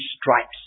stripes